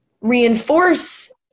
reinforce